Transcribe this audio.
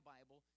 Bible